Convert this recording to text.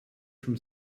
from